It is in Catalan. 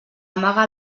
amaga